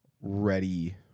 ready